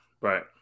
Right